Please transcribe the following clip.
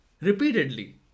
repeatedly